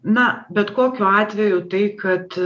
na bet kokiu atveju tai kad